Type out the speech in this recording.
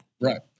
Right